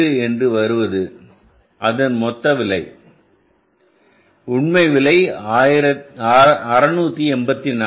8 என்று வருவது அதன் மொத்த விலை என்ன உண்மை விலை 684